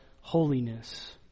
holiness